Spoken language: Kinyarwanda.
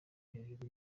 hejuru